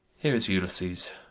here is ulysses.